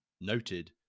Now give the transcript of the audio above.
noted